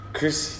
Chris